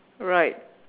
right